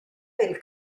del